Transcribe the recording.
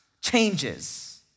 changes